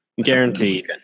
guaranteed